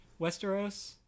Westeros